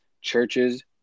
churches